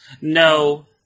No